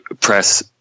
press